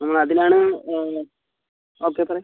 നമ്മൾ അതിനാണ് ഓക്കെ പറ